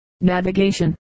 Navigation